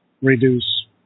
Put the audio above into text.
reduce